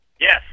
Yes